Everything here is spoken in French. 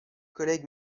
collègues